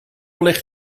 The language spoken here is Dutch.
ligt